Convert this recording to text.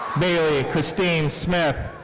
bailey christine smith.